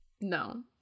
No